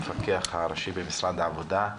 המפקח הראשי במשרד העבודה,